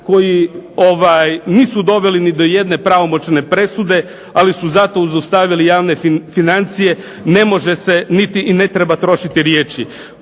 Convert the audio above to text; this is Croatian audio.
koji nisu doveli ni do jedne pravomoćne presude, ali su zato zaustavili javne financije ne može se niti i ne treba trošiti riječi.